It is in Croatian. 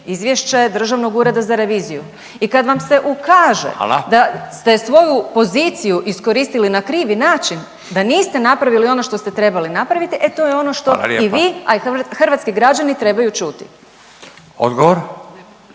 izvješće Državnog ureda za reviziju. I kad vam se ukaže …/Upadica Radin: Hvala./… da ste svoju poziciju iskoristili na krivi način, da niste napravili ono što ste trebali napraviti, e to je ono što i vi …/Upadica Radin: Hvala lijepa./…